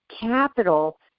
capital